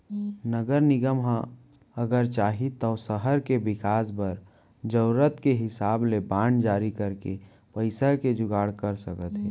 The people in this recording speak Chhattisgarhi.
नगर निगम ह अगर चाही तौ सहर के बिकास बर जरूरत के हिसाब ले बांड जारी करके पइसा के जुगाड़ कर सकत हे